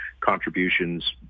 contributions